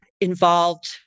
involved